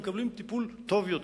הם מקבלים טיפול טוב יותר,